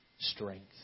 Strength